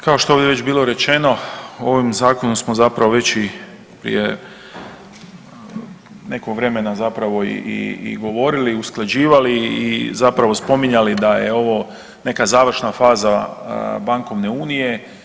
Kao što je ovdje već bilo rečeno ovim zakonom smo zapravo već i prije nekog vremena zapravo i govorili, usklađivali i zapravo spominjali da je ovo neka završna faza bankovne unije.